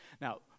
Now